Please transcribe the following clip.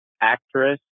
actress